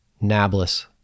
Nablus